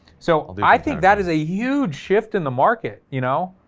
so i think that is a huge shift in the market, you know.